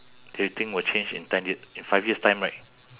that you think will change in ten year in five years time right